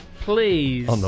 please